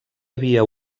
havia